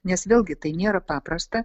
nes vėlgi tai nėra paprasta